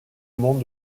monde